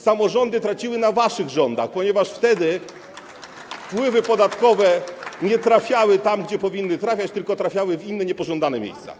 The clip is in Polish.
Samorządy traciły podczas waszych rządów, ponieważ wtedy wpływy podatkowe nie trafiały tam, gdzie powinny trafiać, tylko trafiały w inne niepożądane miejsca.